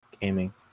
Gaming